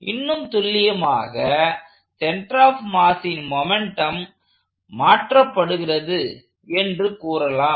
இன்னும் துல்லியமாக centre of மாஸின் மொமெண்ட்டம் மாற்றப்படுகிறது என்று கூறலாம்